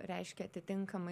reiškia atitinkamai